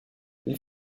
ils